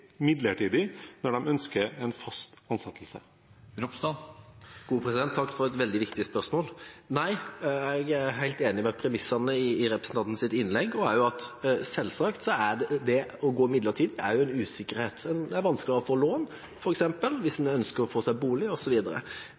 midlertidig når de ønsker en fast ansettelse? Takk for et veldig viktig spørsmål. Nei, jeg er helt enig i premissene i representantens innlegg. Selvsagt er det å gå midlertidig en usikkerhet. Det er f.eks. vanskeligere å få lån hvis en ønsker å få seg bolig,